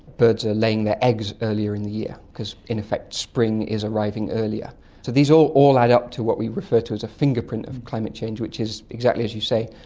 birds are laying their eggs earlier in the year because in effect spring is arriving earlier. so these all all add up to what we refer to as a fingerprint of climate change which is, exactly as you say,